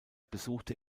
besuchte